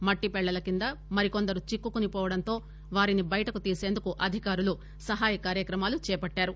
మట్టిపెళ్లల కింద మరికొందరు చిక్కుకుపోవడంతో వారిని బయటకు తీసేందుకు అధికారులు సహాయ కార్యక్రమాలు చేపట్టారు